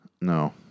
No